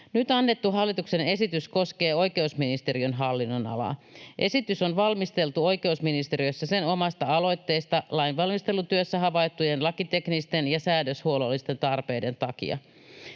Nyt annettu hallituksen esitys koskee oikeusministeriön hallinnonalaa. Esitys on valmisteltu oikeusministeriössä sen omasta aloitteesta lainvalmistelutyössä havaittujen lakiteknisten ja säädöshuollollisten tarpeiden takia.